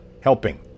helping